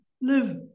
live